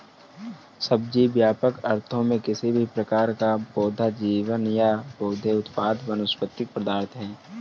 सब्जी, व्यापक अर्थों में, किसी भी प्रकार का पौधा जीवन या पौधे उत्पाद वनस्पति पदार्थ है